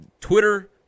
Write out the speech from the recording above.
Twitter